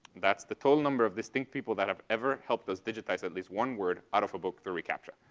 that's the total number of distinct people that have ever helped us digitize at least one word out of a book for recaptcha.